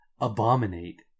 abominate